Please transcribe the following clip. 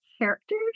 characters